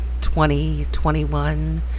2021